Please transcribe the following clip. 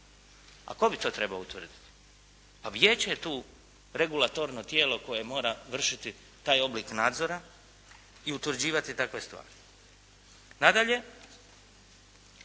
A tko bi to trebao utvrditi? Pa vijeće je tu regulatorno tijelo koje mora vršiti taj oblik nadzora i utvrđivati takve stvar. Nadalje,